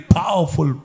powerful